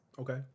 Okay